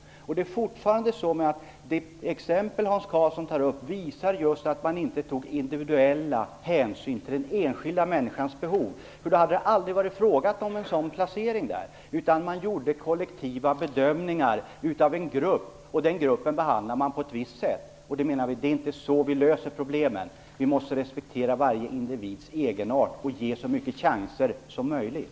Det exempel Hans Karlsson tar upp visar just på att man inte tog individuella hänsyn till den enskilda människans behov. Det skulle då aldrig ha blivit fråga om en sådan placering. Man gjorde en kollektiv bedömning av en grupp, och den gruppen behandlade man på ett visst sätt. Vi menar att man inte löser problemen på det sättet. Vi måste respektera varje individs egenart och ge alla så många chanser som möjligt.